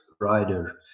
rider